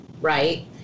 right